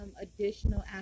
additional